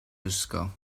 ysgol